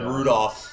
Rudolph